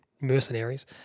Mercenaries